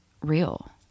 real